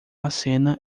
acena